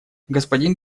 господин